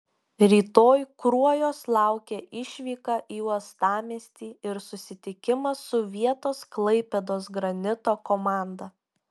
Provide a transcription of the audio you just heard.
rytoj kruojos laukia išvyka į uostamiestį ir susitikimas su vietos klaipėdos granito komanda